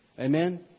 Amen